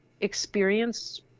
experience